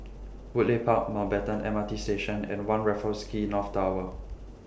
Woodleigh Park Mountbatten M R T Station and one Raffles Quay North Tower